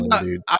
dude